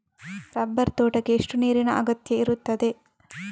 Rubber ತೋಟಕ್ಕೆ ಎಷ್ಟು ನೀರಿನ ಅಗತ್ಯ ಇರುತ್ತದೆ?